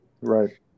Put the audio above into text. Right